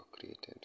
created